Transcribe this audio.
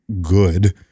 good